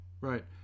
Right